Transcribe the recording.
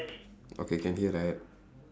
okay can hear right